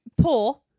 poor